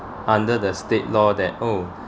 under the state law that oh